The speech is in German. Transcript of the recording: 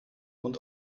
und